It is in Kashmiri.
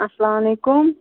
اَسلام وعلیکُم